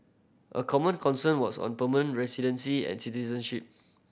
a common concern was on permanent residency and citizenship